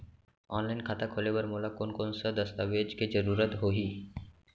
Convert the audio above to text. Online खाता खोले बर मोला कोन कोन स दस्तावेज के जरूरत होही?